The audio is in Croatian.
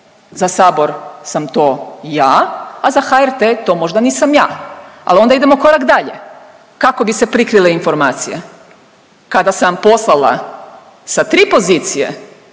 Za sabor sam to ja, a za HRT to možda nisam ja. Al onda idemo korak dalje kako bi se prikrile informacije. Kada sam poslala sa tri pozicije